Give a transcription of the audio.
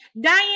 Diane